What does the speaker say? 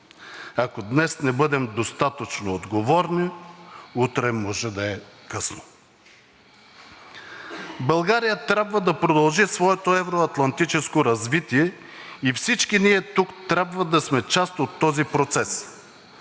Ако днес не бъдем достатъчно отговорни, утре може да е късно. България трябва да продължи своето евро-атлантическо развитие и всички ние тук трябва да сме част от този процес.